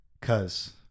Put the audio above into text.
Cause